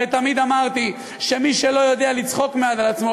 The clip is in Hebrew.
הרי תמיד אמרתי שמי שלא יודע לצחוק מעט על עצמו,